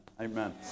Amen